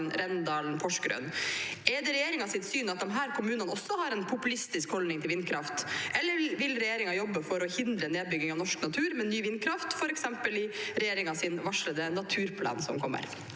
Rendalen og Porsgrunn. Er det regjeringens syn at disse kommunene også har en populistisk holdning til vindkraft, eller vil regjeringen jobbe for å hindre nedbygging av norsk natur med ny vindkraft, f.eks. i regjeringens varslede naturplan som kommer?